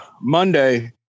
Monday